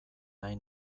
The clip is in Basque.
nahi